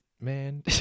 man